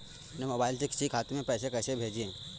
अपने मोबाइल से किसी के खाते में पैसे कैसे भेजें?